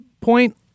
point